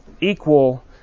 Equal